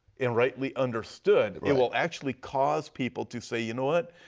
and rightly understood it will actually cause people to say, you know what?